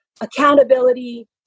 accountability